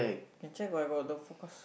can check what got the forecast